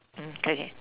mm okay